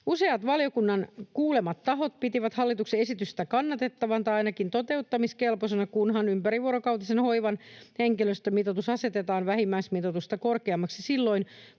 Useat valiokunnan kuulemat tahot pitivät hallituksen esitystä kannatettavana tai ainakin toteuttamiskelpoisena, kunhan ympärivuorokautisen hoivan henkilöstömitoitus asetetaan vähimmäismitoitusta korkeammaksi silloin,